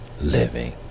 living